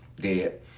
dead